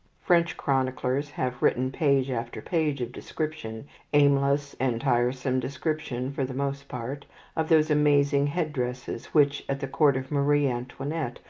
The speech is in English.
french chroniclers have written page after page of description aimless and tiresome description, for the most part of those amazing head-dresses which, at the court of marie antoinette,